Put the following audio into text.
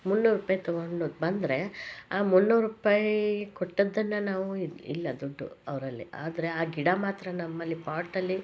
ಮುನ್ನೂರು ರೂಪಾಯಿಗೆ ತೊಗೊಂಡು ಬಂದರೆ ಆ ಮುನ್ನೂರು ರೂಪಾಯಿ ಕೊಟ್ಟದ್ದನ್ನು ನಾವು ಇಲ್ಲ ದುಡ್ಡು ಅವರಲ್ಲಿ ಆದರೆ ಆ ಗಿಡ ಮಾತ್ರ ನಮ್ಮಲ್ಲಿ ಪಾಟಲ್ಲಿ